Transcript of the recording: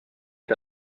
est